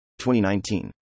2019